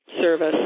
service